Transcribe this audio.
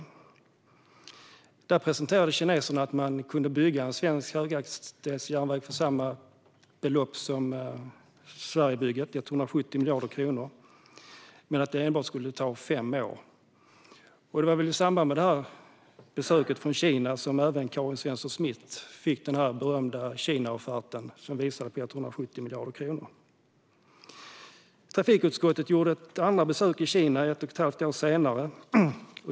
Kineserna presenterade då att de kunde bygga en svensk höghastighetsjärnväg för samma belopp som Sverigebygget - 170 miljarder kronor - men att det skulle ta bara fem år. I samband med detta besök från Kina fick Karin Svensson Smith den berömda Kinaofferten på 170 miljarder kronor. Trafikutskottet gjorde ett besök i Kina ett och ett halvt år senare.